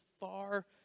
far